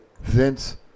Vince